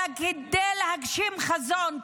אלא כדי להגשים חזון,